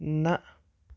نہ